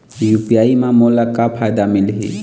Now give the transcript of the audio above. UPI म मोला का फायदा मिलही?